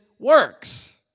Works